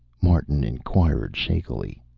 martin inquired shakily.